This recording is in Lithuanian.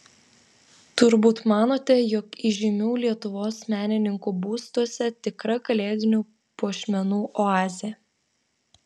turbūt manote jog įžymių lietuvos menininkų būstuose tikra kalėdinių puošmenų oazė